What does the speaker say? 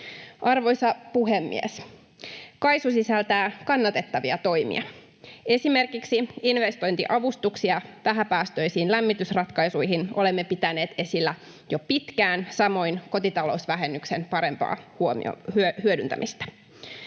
Arvoisa puhemies! KAISU sisältää kannatettavia toimia. Esimerkiksi investointiavustuksia vähäpäästöisiin lämmitysratkaisuihin olemme pitäneet esillä jo pitkään, samoin kotitalousvähennyksen parempaa hyödyntämistä.